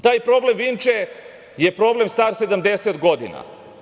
Taj problem Vinče je problem star 70 godina.